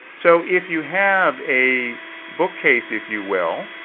so, if you have a book case if you will,